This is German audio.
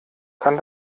kann